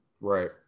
Right